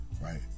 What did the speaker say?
Right